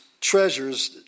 treasures